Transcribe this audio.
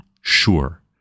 Sure